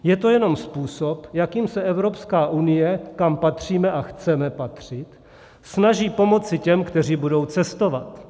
Je to jenom způsob, jakým se Evropská unie, kam patříme a chceme patřit, snaží pomoci těm, kteří budou cestovat.